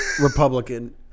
Republican